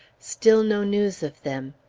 still no news of them.